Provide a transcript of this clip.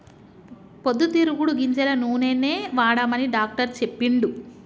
పొద్దు తిరుగుడు గింజల నూనెనే వాడమని డాక్టర్ చెప్పిండు